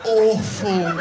awful